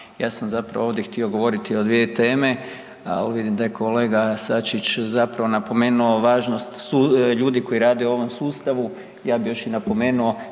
Ja sam zapravo ovdje htio govoriti o dvije teme, ali vidim da je kolega Sačić napomenuo važnost ljudi koji rade u ovom sustavu i ja bih još napomenuo,